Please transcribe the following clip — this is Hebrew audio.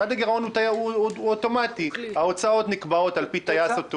יעד הגירעון הוא אוטומטי ההוצאות נקבעות על פי טייס אוטומטי.